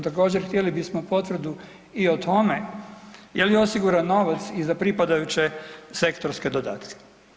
Također htjeli bismo potvrdu i o tome je li osiguran novac i za pripadajuće sektorske dodatke?